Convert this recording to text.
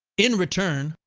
in return,